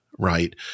Right